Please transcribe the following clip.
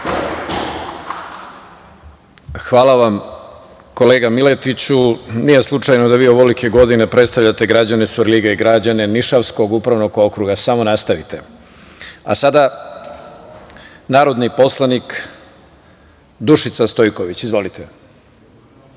Hvala vam, kolega Miletiću. Nije slučajno da vi ovolike godine predstavljate građane Svrljiga i građane Nišavskog upravnog okruga. Samo nastavite. Sada reč ima narodni poslanik Dušica Stojković. Izvolite.